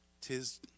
tis